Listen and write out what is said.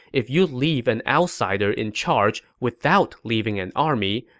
if you leave an outsider in charge without leaving an army,